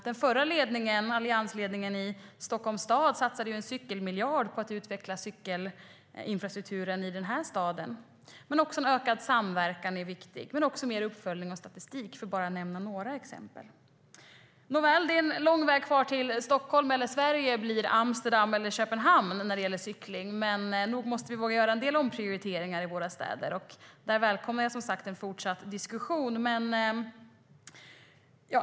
Den förra alliansledningen i Stockholms stad satsade en miljard på att utveckla cykelinfrastrukturen i den här staden. Men också en ökad samverkan är viktig, liksom också mer uppföljning och statistik, för att bara nämna några exempel. Nåväl, det är en lång väg kvar innan Stockholm eller Sverige blir som Amsterdam eller Köpenhamn när det gäller cykling, men nog måste vi göra en del omprioriteringar i våra städer. Där välkomnar jag som sagt en fortsatt diskussion.